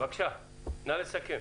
בבקשה, נא לסכם.